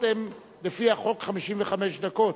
הסתייגויות הן לפי החוק 55 דקות,